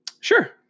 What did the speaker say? Sure